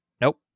nope